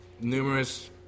numerous